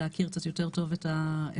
להכיר קצת יותר טוב את הנושא.